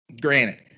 Granted